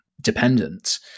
dependent